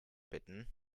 bitten